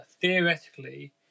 Theoretically